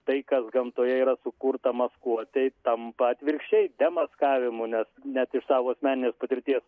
tai kas gamtoje yra sukurta maskuotei tampa atvirkščiai demaskavimu nes net iš savo asmeninės patirties